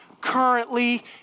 currently